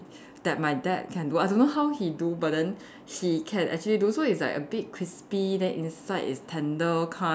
that my dad can do I don't know how he do but then he can actually do so it's like a bit crispy then inside is tender kind